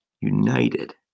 united